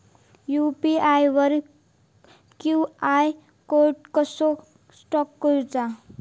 UPI वर QR code कसा scan करूचा?